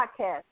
podcast